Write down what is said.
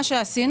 מה עשינו?